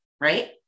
Right